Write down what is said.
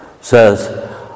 says